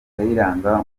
kayiranga